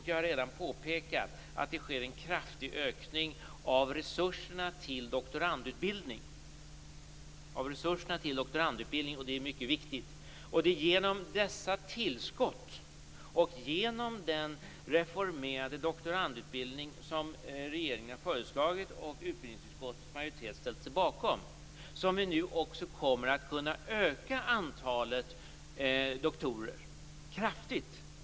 Jag har redan påpekat att det sker en kraftig ökning av resurserna till doktorandutbildningen. Det är mycket viktigt. Det är genom dessa tillskott och genom den reformerade doktorandutbildning som regeringen har föreslagit, och utbildningsutskottets majoritet ställt sig bakom, som vi nu också kommer att kunna öka antalet doktorer kraftigt.